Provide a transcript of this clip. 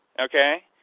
okay